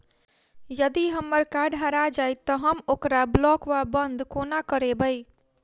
यदि हम्मर कार्ड हरा जाइत तऽ हम ओकरा ब्लॉक वा बंद कोना करेबै?